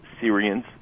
Syrians